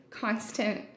constant